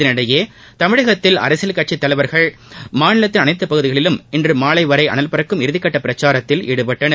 இதனிடையே தமிழகத்தில் அரசியல் கட்சித்தலைவர்கள் மாநிலத்தின் அனைத்துப்பகுதிகளிலும் இன்று மாலை வரை அனல் பறக்கும் இறுதிக்கட்ட பிரச்சாரத்தில் ஈடுபட்டனர்